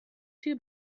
too